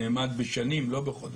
שנאמד בשנים, לא בחודשים.